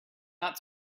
not